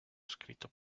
escrito